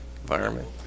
Environment